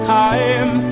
time